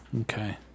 Okay